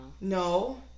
No